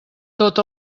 tot